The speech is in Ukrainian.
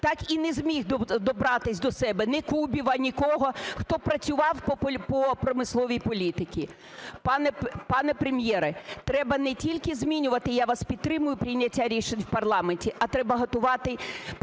так і не зміг добратись до себе ні Кубіва, нікого, хто б працював по промисловій політиці. Пане Прем’єре, треба не тільки змінювати, я вас підтримую, прийняття рішень в парламенті, а треба готувати, працювати